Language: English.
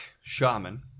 shaman